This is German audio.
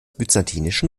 byzantinischen